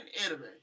anime